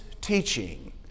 teaching